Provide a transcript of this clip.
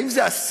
האם זה השיא?